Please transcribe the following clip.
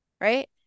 right